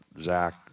Zach